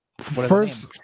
First